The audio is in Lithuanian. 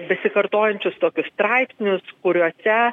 besikartojančius tokius straipsnius kuriuose